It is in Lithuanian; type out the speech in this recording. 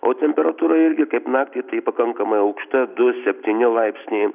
o temperatūra irgi kaip naktį tai pakankamai aukšta du septyni laipsniai